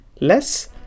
less